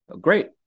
Great